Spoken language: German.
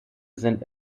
sind